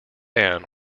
ann